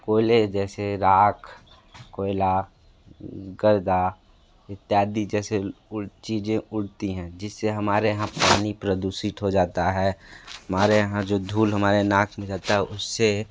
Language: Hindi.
कोयले जैसे राख कोयला गर्दा इत्यादि जैसी उड़ चीज़ें उड़ती हैं जिससे हमारे यहाँ पानी प्रदूषित हो जाता है हमारे यहाँ जो धुल हमारे नाक में जाता है उससे